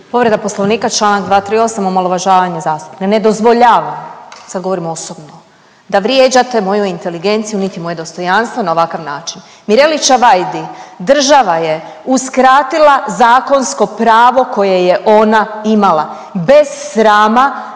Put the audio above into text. Povreda Poslovnika članak 238. omalovažavanje zastupnika. Ne dozvoljavam, sad govorim osobno da vrijeđate moju inteligenciju, niti moje dostojanstvo na ovakav način. Mireli Čavajdi država je uskratila zakonsko pravo koje je ona imala bez srama,